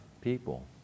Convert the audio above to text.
people